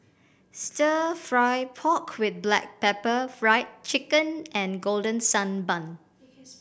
Stir Fry pork with black pepper Fried Chicken and Golden Sand Bun